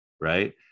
right